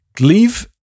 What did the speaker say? leave